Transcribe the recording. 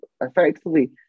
effectively